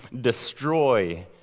destroy